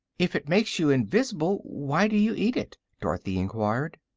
if it makes you invis'ble, why do you eat it? dorothy enquired.